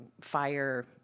fire